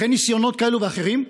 אחרי ניסיונות כאלה ואחרים,